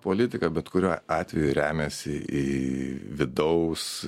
politika bet kuriuo atveju remiasi į vidaus